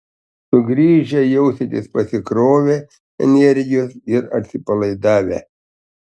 sugrįžę jausitės pasikrovę energijos ir atsipalaidavę